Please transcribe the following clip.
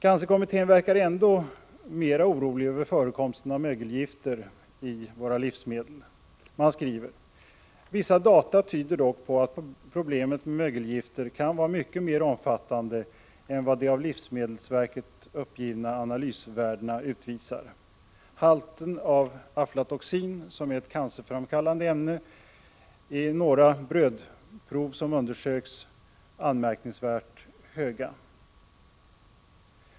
Cancerkommittén verkar ändå mer orolig över förekomsten av mögelgifter i våra livsmedel. Kommittén skriver: Vissa data tyder dock på att problemet med mögelgifter kan vara mycket mer omfattande än vad de av livsmedelsverket uppgivna analysvärdena utvisar. Halterna av aflatoxin, som är ett cancerframkallande ämne, i några av de brödprov som undersöktes av verket var anmärkningsvärt höga.